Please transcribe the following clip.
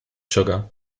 sugar